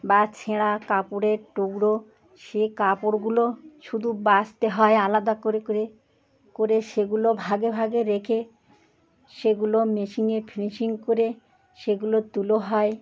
বা ছেঁড়া কাপড়ের টুকরো সেই কাপড়গুলো শুধু বাছতে হয় আলাদা করে করে করে সেগুলো ভাগে ভাগে রেখে সেগুলো মেশিনে ফিনিশিং করে সেগুলো তুলো হয়